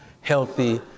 healthy